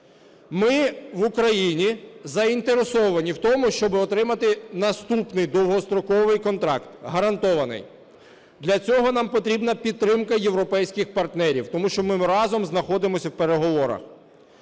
Ми в Україні заінтересовані в тому, щоб отримати наступний довгостроковий контракт гарантований. Для цього нам потрібна підтримка європейських партнерів, тому що ми разом знаходимося в переговорах.